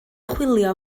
chwilio